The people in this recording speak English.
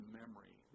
memory